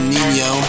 Nino